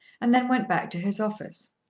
and then went back to his office.